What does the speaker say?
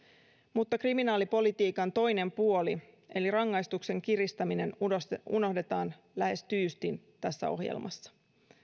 mutta kriminaalipolitiikan toinen puoli eli rangaistusten kiristäminen unohdetaan lähes tyystin tässä ohjelmassa